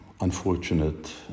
unfortunate